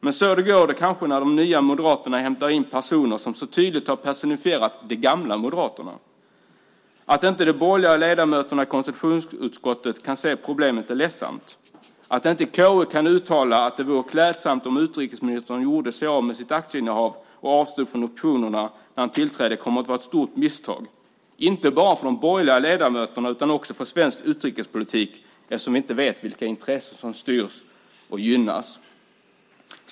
Men så går det kanske när de nya moderaterna hämtar in personen som tydligt har personifierat de gamla moderaterna. Att de borgerliga ledamöterna i konstitutionsutskottet inte kan se problemen är ledsamt. Att KU inte kan uttala att det vore klädsamt om utrikesministern gjorde sig av med sitt aktieinnehav och avstod från optionerna när han tillträdde kommer att vara ett stort misstag, inte bara för de borgerliga ledamöterna utan också för svensk utrikespolitik eftersom vi inte vet vilka intressen som styr och gynnas.